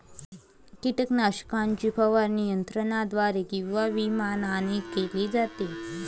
कीटकनाशकाची फवारणी यंत्राद्वारे किंवा विमानाने केली जाते